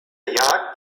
jagd